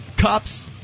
cops